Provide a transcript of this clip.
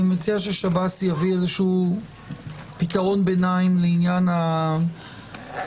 אני מציע ששב"ס יביא פתרון ביניים לעניין הבינוי.